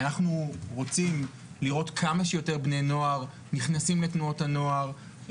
אנחנו רוצים לראות כמה שיותר בני נוער נכנסים לתנועות הנוער,